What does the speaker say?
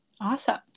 Awesome